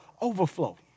overflow